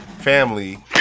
family